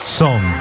song